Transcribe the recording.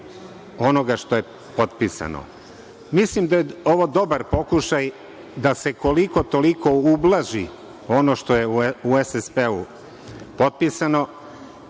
onoga što je potpisano. Mislim da je ovo dobar pokušaj da se, koliko toliko ublaži ono što je u SSP potpisano